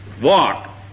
walk